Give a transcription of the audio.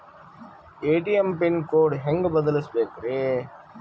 ATM pin code ಹೆಂಗ್ ಬದಲ್ಸ್ಬೇಕ್ರಿ?